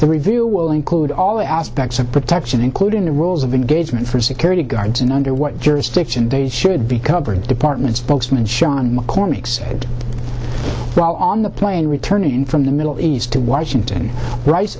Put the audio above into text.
the review will include all aspects of protection including the rules of engagement for security guards and under what jurisdiction they should be covered department spokesman sean mccormack said while on the plane returning from the middle east to washington rice